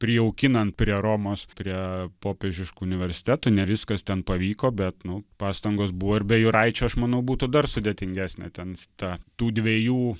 prijaukinant prie romos prie popiežiškų universitetų ne viskas ten pavyko bet nu pastangos buvo ir be juraičio aš manau būtų dar sudėtingesnė ten ta tų dviejų